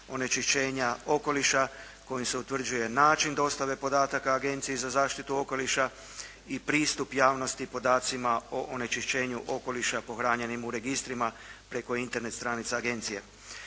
onečišćenja okoliša kojim se utvrđuje način dostave podataka Agenciji za zaštitu okoliša i pristup javnosti podacima o onečišćenju okoliša pohranjenim u registrima preko Internet stranica Agencije.